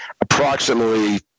approximately